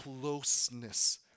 closeness